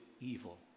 evil